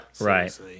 Right